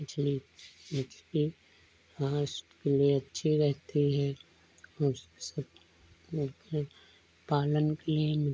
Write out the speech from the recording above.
मछली उसके स्वास्थ्य के लिए अच्छी रहती है और सब मतलब पालन के लिए